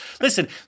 Listen